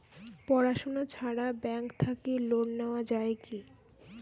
পড়াশুনা ছাড়া ব্যাংক থাকি লোন নেওয়া যায় কি?